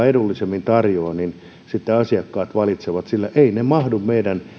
edullisemmin tarjoaa sitten asiakkaat valitsevat eivät ne mahdu meidän